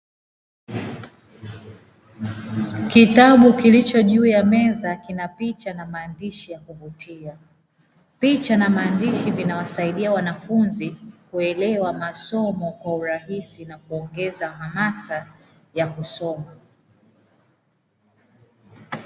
Kitabu kilicho juu ya meza kina picha na maandishi ya kuvutia, picha na maandishi vinawasaidia wanafunzi kuelewa masomo kwa urahisi na kuongeza hamasa ya kusoma.